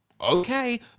okay